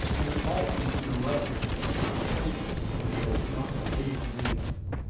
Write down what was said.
and often interrupted me in my state-room when there was not the least need of it.